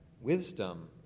wisdom